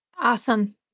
Awesome